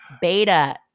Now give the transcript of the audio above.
beta